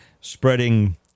spreading